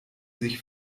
sich